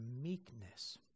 meekness